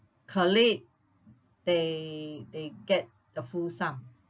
colleague they they get the full sum